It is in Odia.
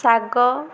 ଶାଗ